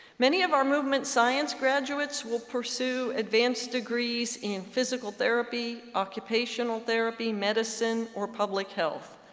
many of our movement science graduates will pursue advanced degrees in physical therapy, occupational therapy, medicine, or public health.